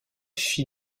fit